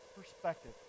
perspective